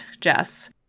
Jess